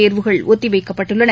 தேர்வுகள் ஒத்திவைக்கப்பட்டுள்ளன